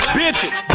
bitches